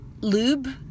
lube